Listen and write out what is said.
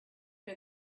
her